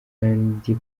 kandi